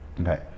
Okay